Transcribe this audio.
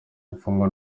imfungwa